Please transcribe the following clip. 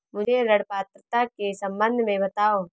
मुझे ऋण पात्रता के सम्बन्ध में बताओ?